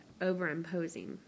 overimposing